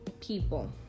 people